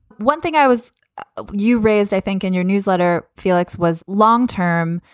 one thing i was you raised, i think, in your newsletter, felix, was long term,